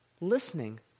listening